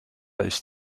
ist